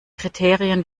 kriterien